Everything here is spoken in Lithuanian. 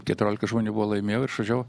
keturiolika žmonių buvo laimėjau ir išvažiavau